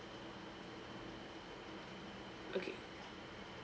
okay